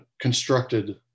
constructed